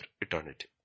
eternity